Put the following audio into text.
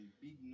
Big